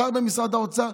שר במשרד האוצר,